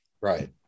right